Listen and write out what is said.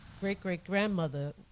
great-great-grandmother